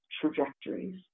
trajectories